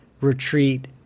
retreat